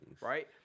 right